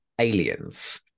aliens